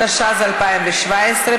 התשע"ז 2017,